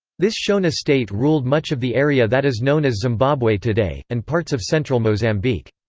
this shona state ruled much of the area that is known as zimbabwe today, and parts of central mozambique.